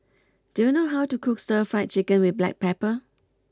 do you know how to cook Stir Fried Chicken with Black Pepper